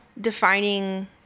defining